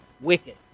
wicked